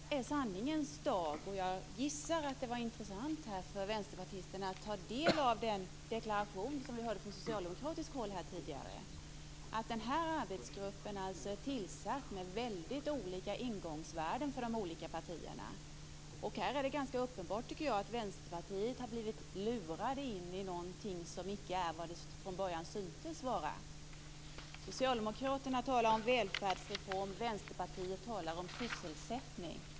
Herr talman! Detta är sanningens dag. Jag gissar att det var intressant för vänsterpartisten att ta del av den deklaration som vi tidigare hörde från socialdemokratiskt håll om att denna arbetsgrupp är tillsatt av representanter för de olika partierna och att de har mycket olika ingångsvärden. Det är uppenbart att Vänsterpartiet har blivit lurat in i någonting som från början icke är vad det syntes vara. Socialdemokraterna talar om välfärdsreform. Vänsterpartiet talar om sysselsättning.